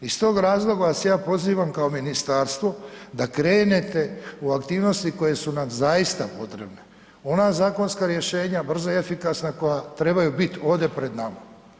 Iz tog razloga vas ja pozivam kao ministarstvo da krenete u aktivnosti koje su nam zaista potrebne, ona zakonska rješenja brza i efikasna koja trebaju biti ovde pred nama.